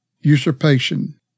usurpation